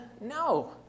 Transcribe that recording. No